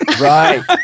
Right